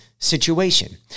Situation